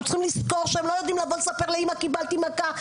אנחנו צריכים לזכור שלא יודעים הילדים האלה לבוא לספר לאימא קיבלתי מכה,